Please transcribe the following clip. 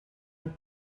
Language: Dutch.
een